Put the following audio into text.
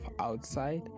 outside